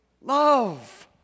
love